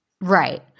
Right